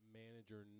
manager